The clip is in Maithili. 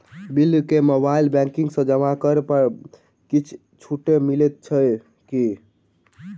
बिल केँ मोबाइल बैंकिंग सँ जमा करै पर किछ छुटो मिलैत अछि की?